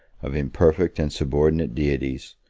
of imperfect and subordinate deities,